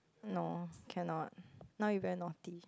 no can not now you very naughty